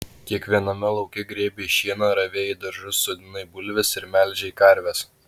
kiekviename lauke grėbei šieną ir ravėjai daržus sodinai bulves ir melžei karves